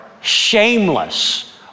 shameless